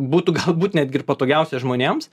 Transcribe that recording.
būtų galbūt netgi patogiausia žmonėms